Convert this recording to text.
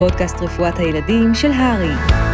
פודקאסט רפואת הילדים של הרי.